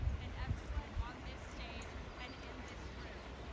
and everyone on this stage and in this room,